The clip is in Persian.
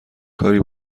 کاری